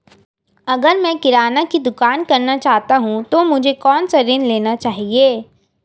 अगर मैं किराना की दुकान करना चाहता हूं तो मुझे कौनसा ऋण लेना चाहिए?